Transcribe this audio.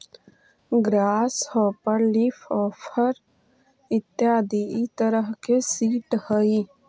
grass hopper leafhopper इत्यादि इ तरह के सीट हइ